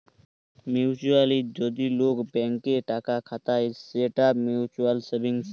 mutually যদি লোক bank এ টাকা খাতায় সৌটা মিউচুয়াল সেভিংস